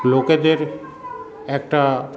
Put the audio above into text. লোকেদের একটা